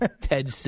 Ted